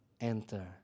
enter